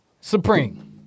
Supreme